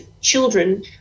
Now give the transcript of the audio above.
children